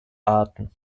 arten